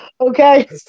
Okay